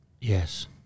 Yes